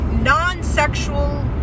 Non-sexual